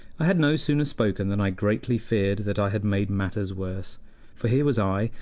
i had no sooner spoken than i greatly feared that i had made matters worse for here was i,